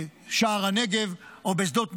בשער הנגב או בשדות נגב,